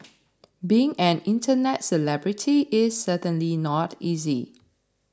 being an internet celebrity is certainly not easy